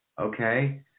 Okay